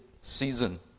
season